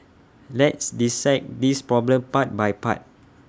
let's dissect this problem part by part